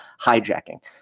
hijacking